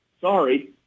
Sorry